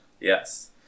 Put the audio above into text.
Yes